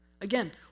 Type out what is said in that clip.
Again